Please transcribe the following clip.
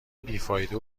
بیفایده